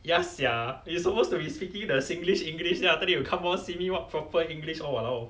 ya sia you supposed to be speaking the singlish english then after that you come more simi what proper english all !walao!